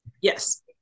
Yes